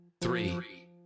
three